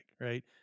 Right